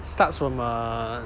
starts from a